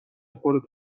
خورده